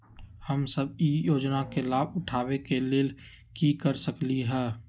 हम सब ई योजना के लाभ उठावे के लेल की कर सकलि ह?